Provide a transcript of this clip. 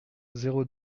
zéro